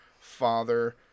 father